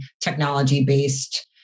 technology-based